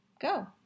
go